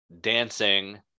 dancing